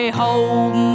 hold